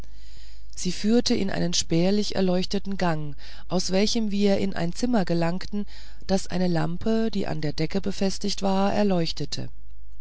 sie führte in einen spärlich erleuchteten gang aus welchem wir in ein zimmer gelangten das eine lampe die an der decke befestigt war erleuchtete